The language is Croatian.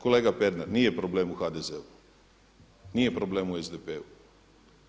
Kolega Pernar, nije problem u HDZ-u, nije problem u SDP-u.